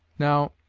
now,